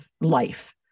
life